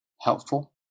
helpful